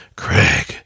Craig